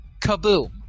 Kaboom